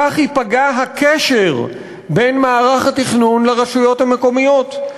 כך ייפגע הקשר בין מערך התכנון לרשויות המקומיות.